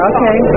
Okay